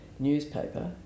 newspaper